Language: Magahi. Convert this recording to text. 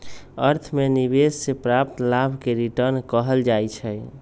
अर्थ में निवेश से प्राप्त लाभ के रिटर्न कहल जाइ छइ